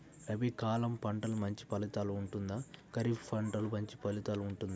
రబీ కాలం పంటలు మంచి ఫలితాలు ఉంటుందా? ఖరీఫ్ పంటలు మంచి ఫలితాలు ఉంటుందా?